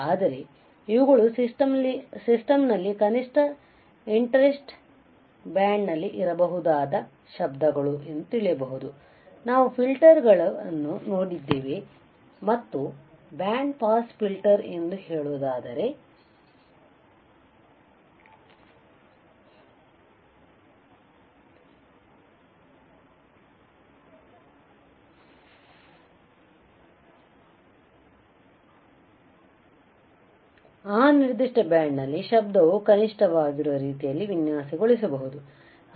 ಆದರೆ ಇವುಗಳು ಸಿಸ್ಟಂನಲ್ಲಿ ಕನಿಷ್ಠ ಇಂಟರೆಸ್ಟ್ ಬ್ಯಾಂಡ್ನಲ್ಲಿ ಇರಬಹುದಾದ ಶಬ್ದಗಳು ಎಂದುತಿಳಿಯಬಹುದು ನಾವು ಫಿಲ್ಟರ್ಗಳನ್ನು ನೋಡಿದ್ದೇವೆ ಮತ್ತು ಇದು ಬ್ಯಾಂಡ್ ಪಾಸ್ ಫಿಲ್ಟರ್ ಎಂದು ಹೇಳುವುದಾದರೆ ಈ ನಿರ್ದಿಷ್ಟ ಬ್ಯಾಂಡ್ನಲ್ಲಿ ಶಬ್ದವು ಕನಿಷ್ಠವಾಗಿರುವ ರೀತಿಯಲ್ಲಿ ವಿನ್ಯಾಸಗೊಳಿಸಬಹುದು